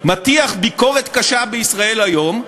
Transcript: מטיח ביקורת קשה ב"ישראל היום"